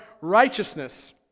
righteousness